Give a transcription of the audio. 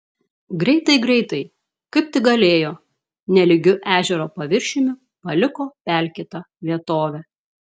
greitai greitai kaip tik galėjo nelygiu ežero paviršiumi paliko pelkėtą vietovę